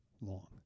long